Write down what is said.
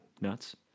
nuts